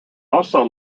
also